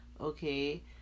okay